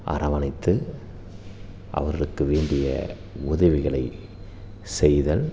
அரவணைத்து அவர்களுக்கு வேண்டிய உதவிகளை செய்தல்